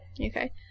Okay